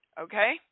Okay